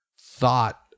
Thought